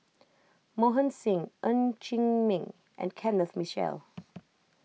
Mohan Singh Ng Chee Meng and Kenneth Mitchell